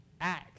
act